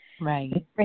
Right